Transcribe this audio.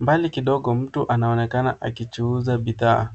Mbali kidogo, mtu anaonekana akichuuza bidhaa.